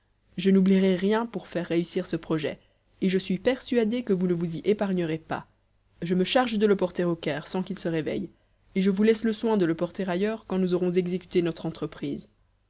je n'oublierai rien pour faire réussir ce projet et je suis persuadé que vous ne vous y épargnerez pas je me charge de le porter au caire sans qu'il se réveille et je vous laisse le soin de le porter ailleurs quand nous aurons exécuté notre entreprise